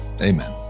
amen